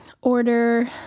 order